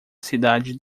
cidade